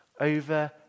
over